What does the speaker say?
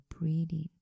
breathing